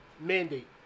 mandate